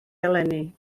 eleni